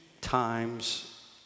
times